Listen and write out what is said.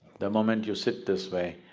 the moment you sit this way,